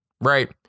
right